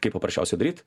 kaip paprasčiausiai daryt